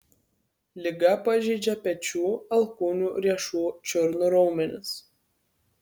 liga pažeidžia pečių alkūnių riešų čiurnų raumenis